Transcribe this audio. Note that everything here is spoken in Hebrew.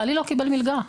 בעלי לא קיבל מלגה".